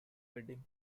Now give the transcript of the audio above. wedding